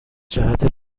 جهت